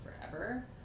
forever